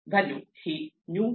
value ही new node